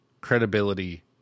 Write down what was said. credibility